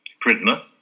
prisoner